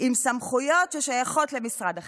עם סמכויות ששייכות למשרד החינוך,